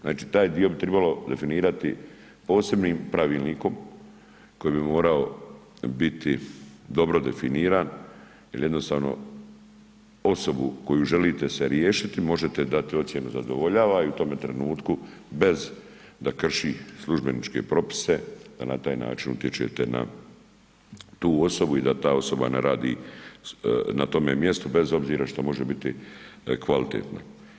Znači taj dio bi trebalo definirati posebnim pravilnikom koji bi morao biti dobro definiran jer jednostavno osobu koju želite se riješiti možete dati ocjenu zadovoljava i u tome trenutku bez da krši službeničke propise, na taj način utječete na tu osobu i da ta osoba ne radi na tome mjestu bez obzira što može biti kvalitetna.